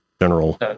general